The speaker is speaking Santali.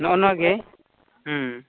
ᱱᱚᱜᱼᱚ ᱱᱚᱣᱟᱜᱮ